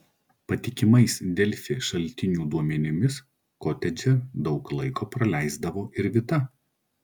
patikimais delfi šaltinių duomenimis kotedže daug laiko praleisdavo ir vita